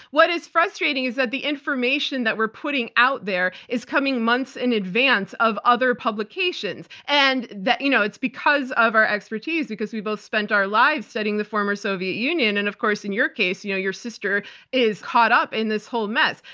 what is frustrating is that the information that we're putting out there is coming months in advance of other publications and that you know it's because of our expertise, because we both spent our lives studying the former soviet union. and of course, in your case, you know your sister is caught up in this whole mess.